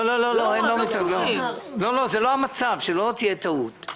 זה לא המצב, שלא תהיה טעות.